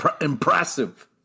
impressive